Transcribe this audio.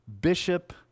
bishop